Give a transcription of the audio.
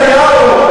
נתניהו,